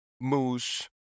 moose